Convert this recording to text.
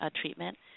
treatment